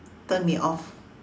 turn me off